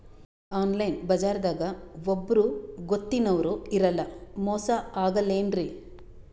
Online ಬಜಾರದಾಗ ಒಬ್ಬರೂ ಗೊತ್ತಿನವ್ರು ಇರಲ್ಲ, ಮೋಸ ಅಗಲ್ಲೆನ್ರಿ?